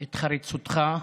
את חריצותך.